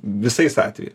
visais atvejais